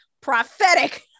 prophetic